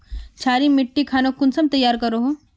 क्षारी मिट्टी खानोक कुंसम तैयार करोहो?